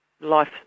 life